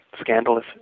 scandalous